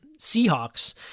Seahawks